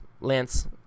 Lance